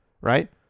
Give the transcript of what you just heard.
right